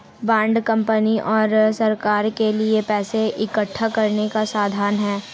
bond company और सरकार के लिए पैसा इकठ्ठा करने का साधन है